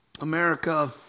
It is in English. America